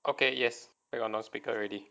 okay yes I am on non speaker already